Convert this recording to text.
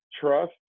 trust